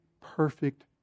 perfect